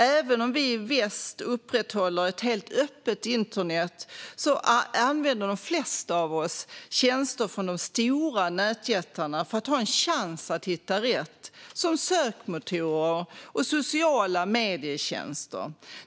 Även om vi i väst upprätthåller ett helt öppet internet använder de flesta av oss tjänster från de stora nätjättarna för att ha en chans att hitta rätt, som sökmotorer och sociala medietjänster.